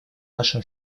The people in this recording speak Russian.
нашем